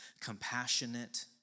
compassionate